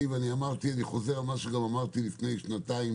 ואני חוזר על מה שאמרתי לפני שנתיים